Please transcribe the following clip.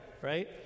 right